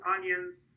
onions